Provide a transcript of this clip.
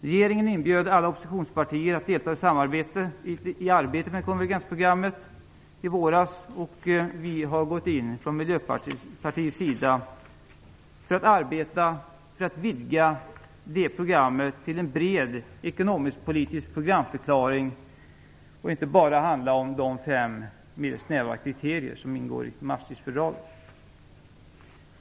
Regeringen inbjöd alla oppositionspartier att delta i ett samarbete om konvergensprogrammet i våras. Vi har från Miljöpartiets sida gått in för att arbeta för att vidga det programmet till en bred ekonomiskpolitisk programförklaring, så att det inte bara handlar om de fem snäva kriterier som ingår i Maastrichtfördraget.